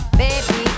baby